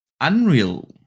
Unreal